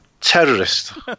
terrorist